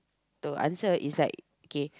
to answer is like kay